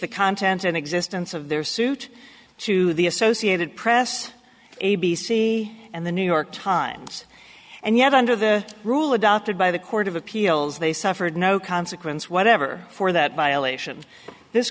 the contents and existence of their suit to the associated press a b c and the new york times and yet under the rule adopted by the court of appeals they suffered no consequence whatever for that violation this